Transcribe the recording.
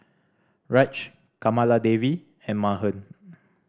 Raj Kamaladevi and Mahan